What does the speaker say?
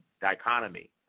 dichotomy